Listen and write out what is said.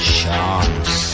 chance